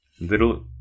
little